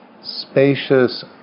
spacious